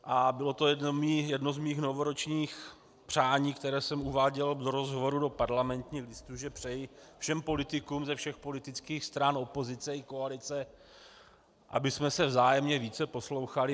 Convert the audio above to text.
A bylo to jedno z mých novoročních přání, které jsem uváděl do rozhovoru do Parlamentních listů, že přeji všem politikům ze všech politických stran opozice i koalice, abychom se vzájemně více poslouchali.